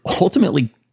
ultimately